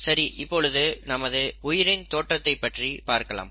சரி இப்பொழுது நமது உயிரின் தோற்றத்தை பற்றி பார்க்கலாம்